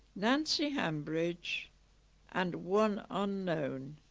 nancy hambridge and one unknown